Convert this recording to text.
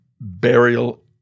burial